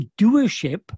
doership